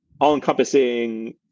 all-encompassing